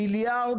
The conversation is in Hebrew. תקציבי.